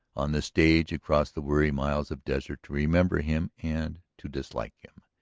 on the stage across the weary miles of desert, to remember him and to dislike him.